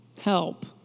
help